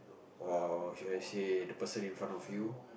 or should I say the person in front of you